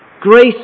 Grace